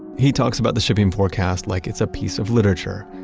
he talks about the shipping forecast like it's a piece of literature,